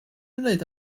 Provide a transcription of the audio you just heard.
wneud